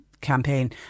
campaign